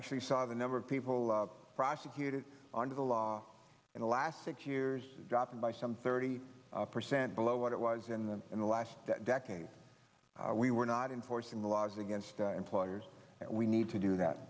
actually saw the number of people prosecuted under the law in the last six years dropping by some thirty percent below what it was in the in the last decade we were not in forcing the laws against employers and we need to do that